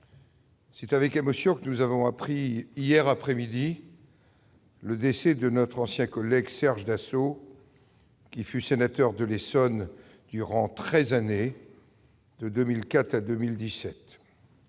c'est avec émotion que nous avons appris, hier après-midi, le décès de notre ancien collègue Serge Dassault, qui fut sénateur de l'Essonne durant treize années, de 2004 à 2017.